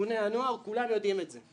ארגוני הנוער, כולם יודעים את זה.